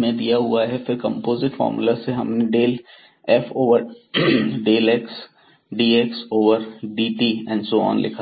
में दिए हुए हैं तो फिर कंपोजिट फार्मूला से हमने del f over del x dx over dt and so on लिखा है